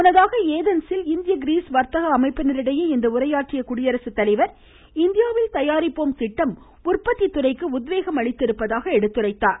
முன்னதாக ஏதென்சில் இந்திய கிரீஸ் வர்த்தக அமைப்பினரிடையே உரையாற்றிய குடியரசுத்தலைவர் இந்தியாவில் தயாரிப்போம் திட்டம் உற்பத்தி துறைக்கு உத்வேகம் அளித்திருப்பதாக எடுத்துரைத்தார்